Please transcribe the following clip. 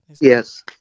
Yes